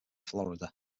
florida